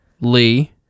Lee